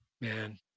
Man